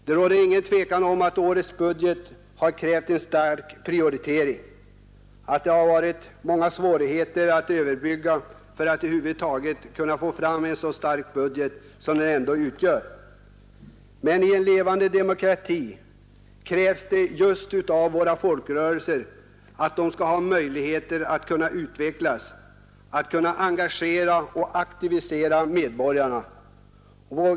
Det råder inget tvivel om att årets budget har krävt en hård ekonomisk prioritering och att det har varit många svårigheter att överbrygga för att över huvud taget få fram en så stark budget som det ändå är fråga om. Men i en levande demokrati krävs det just att våra folkrörelser skall ha möjligheter att utvecklas, engagera och aktivisera medborgarna.